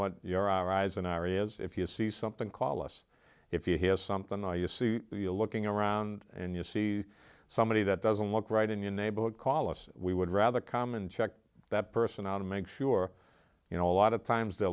what you're our eyes in areas if you see something call us if you hear something or you see you looking around and you see somebody that doesn't look right in your neighborhood call us we would rather come and check that person out and make sure you know a lot of times the